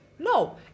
No